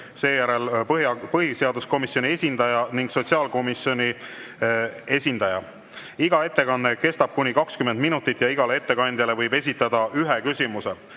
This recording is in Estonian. seejärel põhiseaduskomisjoni esindaja ning sotsiaalkomisjoni esindaja. Iga ettekanne kestab kuni 20 minutit ja igale ettekandjale võib esitada ühe küsimuse.